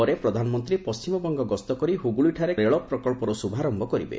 ପରେ ପ୍ରଧାନମନ୍ତ୍ରୀ ପଣ୍ଟିମବଙ୍ଗ ଗସ୍ତ କରି ହୁଗୁଳିଠାରେ କେତେକ ରେଳ ପ୍ରକଳ୍ପର ଶୁଭାରମ୍ଭ କରିବେ